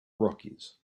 rockies